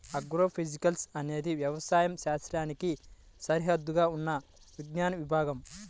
agrophysics అనేది వ్యవసాయ శాస్త్రానికి సరిహద్దుగా ఉన్న విజ్ఞాన విభాగం